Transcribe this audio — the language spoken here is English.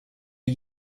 are